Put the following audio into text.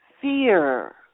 Fear